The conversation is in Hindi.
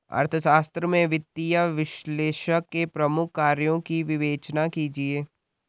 अर्थशास्त्र में वित्तीय विश्लेषक के प्रमुख कार्यों की विवेचना कीजिए